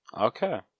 Okay